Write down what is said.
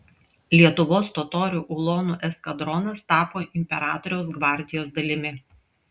lietuvos totorių ulonų eskadronas tapo imperatoriaus gvardijos dalimi